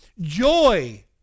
Joy